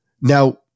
Now